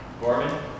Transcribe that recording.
Gorman